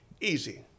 Easy